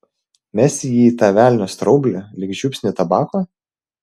mesti jį į tą velnio straublį lyg žiupsnį tabako